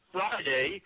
Friday